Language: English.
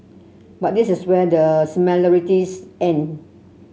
but this is where the similarities end